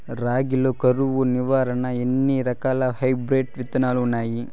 రాగి లో కరువు నివారణకు ఎన్ని రకాల హైబ్రిడ్ విత్తనాలు ఉన్నాయి